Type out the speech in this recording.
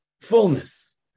fullness